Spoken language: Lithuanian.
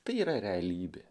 tai yra realybė